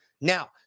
Now